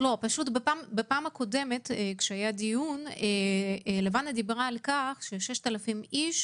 בדיון הקודם לבנה דברה על כך שבעקבות